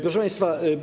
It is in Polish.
Proszę Państwa!